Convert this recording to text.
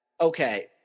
Okay